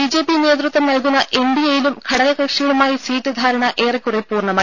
BJP നേതൃത്വം നൽകുന്ന എൻഡിഎയിലും ഘടകകക്ഷികളുമായി സീറ്റ് ധാരണ ഏറെക്കുറെ പൂർണമായി